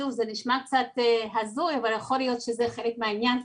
שוב, זה יכול להישמע קצת הזוי אבל זה חלק מהעניין.